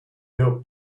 your